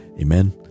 Amen